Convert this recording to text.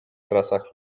trasach